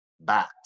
bat